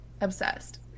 Obsessed